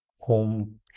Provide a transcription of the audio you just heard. home